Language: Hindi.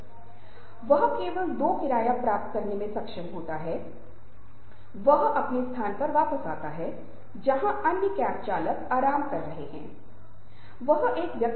इसलिए संचार हमारे जीवन में कुछ बहुत ही अनूठा और दिलचस्प है और जैसा कि हम समझ सकते हैं कि यह कई समस्याओं का स्रोत हो सकता है